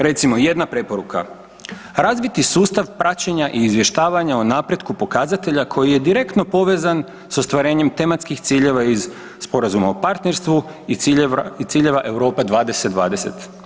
Recimo jedna preporuka, razviti sustav praćenja i izvještavanja o napretku pokazatelja koji je direktno povezan s ostvarenjem tematskih ciljeva iz Sporazuma o partnerstvu i ciljeva Europa 2020.